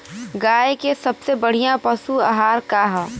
गाय के सबसे बढ़िया पशु आहार का ह?